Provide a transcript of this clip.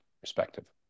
perspective